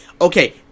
Okay